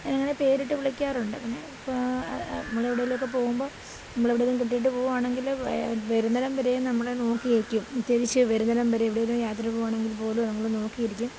ഞാൻ അങ്ങനെ പേരിട്ട് വിളിക്കാറുണ്ട് പിന്നെ ഇപ്പോൾ നമ്മൾ എവിടെലുമൊക്കെ പോകുമ്പോൾ നമ്മൾ എവിടേലും കെട്ടിയിട്ട് പോവാണെങ്കിലും വരുന്നിടം വരെയും നമ്മളെ നോക്കി നിൽക്കും തിരിച്ച് വരുന്നിടം വരെ എവിടേലും യാത്ര പോവാണെങ്കിൽ പോലും നമ്മളെ നോക്കി ഇരിക്കും